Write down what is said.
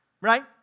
Right